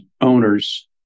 owners